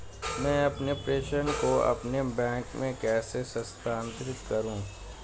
मैं अपने प्रेषण को अपने बैंक में कैसे स्थानांतरित करूँ?